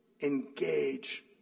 Engage